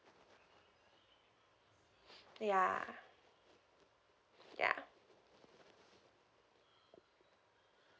ya ya